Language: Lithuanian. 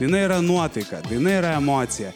jinai yra nuotaika jinai yra emocija